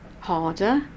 harder